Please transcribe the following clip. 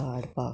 धाडपाक